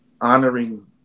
honoring